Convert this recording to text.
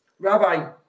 Rabbi